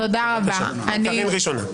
בבקשה, קארין ראשונה.